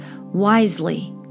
wisely